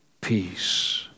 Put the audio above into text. peace